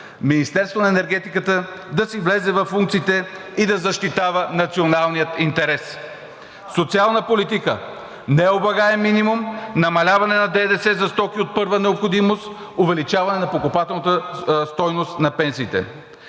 Министерството на енергетиката да си влезе във функциите и да защитава националния интерес. Социална политика – необлагаем минимум, намаляване на ДДС за стоки от първа необходимост, увеличаване на покупателната стойност на пенсиите.